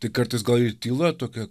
tai kartais gal ir tyla tokia